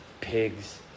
pigs